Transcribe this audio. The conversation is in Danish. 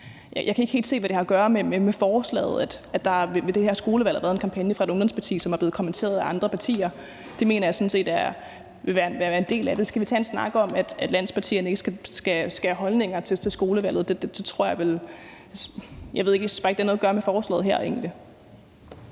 jeg ikke helt se, hvad det har at gøre med forslaget, at der ved det her skolevalg har været en kampagne fra et ungdomsparti, som er blevet kommenteret af andre partier. Det mener jeg sådan set vil være en del af det. Så skal vi tage en snak om, at landspartierne ikke skal have holdninger til skolevalget. Jeg synes bare egentlig ikke, at det har noget at gøre med forslaget her. Kl.